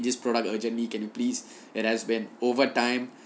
this product urgently can you please it has been over time